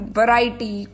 variety